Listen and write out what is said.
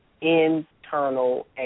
internal